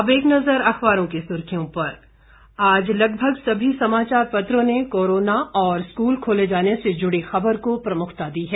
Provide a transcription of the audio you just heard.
अब एक नज़र अखबारों की सुर्खियों पर आज लगभग सभी समाचार पत्रों ने कोरोना और स्कूल खोले जाने से जुड़ी खबर को प्रमुखता दी है